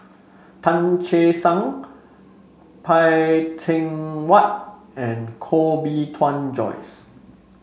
Tan Che Sang Phay Teng Whatt and Koh Bee Tuan Joyce